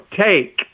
take